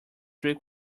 three